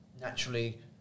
naturally